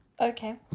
Okay